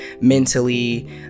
mentally